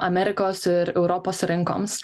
amerikos ir europos rinkoms